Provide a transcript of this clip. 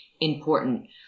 important